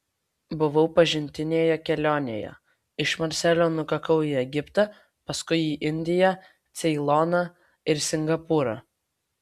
buvau pažintinėje kelionėje iš marselio nukakau į egiptą paskui į indiją ceiloną ir singapūrą